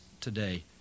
today